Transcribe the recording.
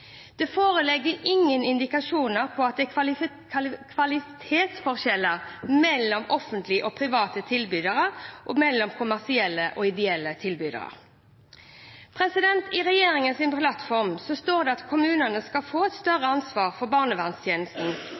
Det foreligger ingen indikasjoner på at det er kvalitetsforskjeller mellom offentlige og private tilbydere og mellom kommersielle og ideelle tilbydere. I regjeringens plattform står det at kommunene skal få et større ansvar for barnevernstjenesten